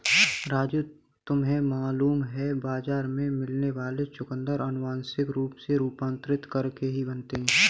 राजू तुम्हें मालूम है बाजार में मिलने वाले चुकंदर अनुवांशिक रूप से रूपांतरित करके ही बने हैं